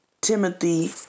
Timothy